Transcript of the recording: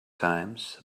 times